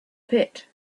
pit